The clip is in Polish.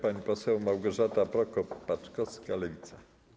Pani poseł Małgorzata Prokop-Paczkowska, Lewica.